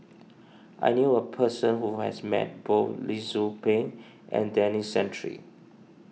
I knew a person who has met both Lee Tzu Pheng and Denis Santry